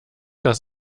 das